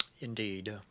Indeed